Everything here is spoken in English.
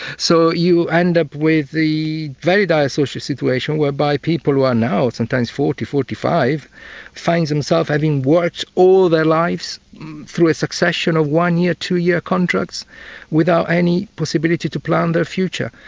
so you end up with the very dire social situation whereby people who are now sometimes forty, forty five find themselves having worked all their lives through a succession of one-year, two-year contracts without any possibility to plan their future.